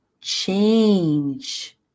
change